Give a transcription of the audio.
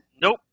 Nope